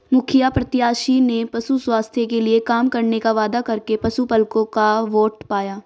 मुखिया प्रत्याशी ने पशु स्वास्थ्य के लिए काम करने का वादा करके पशुपलकों का वोट पाया